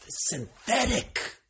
synthetic